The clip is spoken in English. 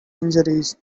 injuries